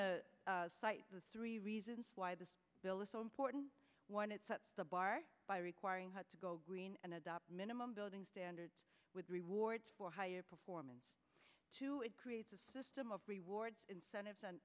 cite the three reasons why this bill is so important one it sets the bar by requiring had to go green and adopt minimum building standards with rewards for higher performance to it creates a system of rewards incentive